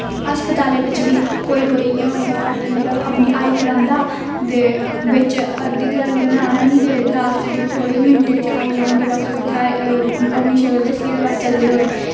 अस्पतालें बिच्च बी कोई कोई इ'यां होंदा कि मतलब अपनी हाज़री लांदा ते बिच्च अद्धी ध्याड़ी उन्नै आना निं ते लास्ट दी थोह्ड़े मिन्टें च आई जाना ते उत्थें अपनी शकल दस्सियै ते बस चलदे होए